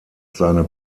seine